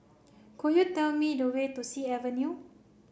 could you tell me the way to Sea Avenue